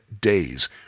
days